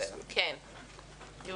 בסדר, לד"ר גיגי.